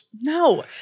No